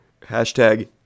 hashtag